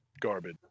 garbage